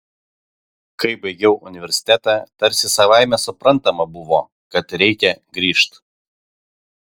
kai baigiau universitetą tarsi savaime suprantama buvo kad reikia grįžt